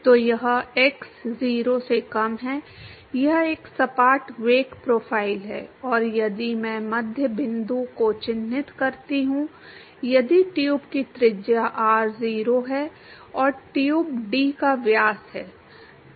तो यह x 0 से कम है यह एक सपाट वेग प्रोफ़ाइल है और यदि मैं मध्य बिंदु को चिह्नित करता हूं यदि ट्यूब की त्रिज्या r0 है और ट्यूब D का व्यास है